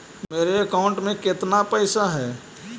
मेरे अकाउंट में केतना पैसा है?